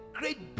great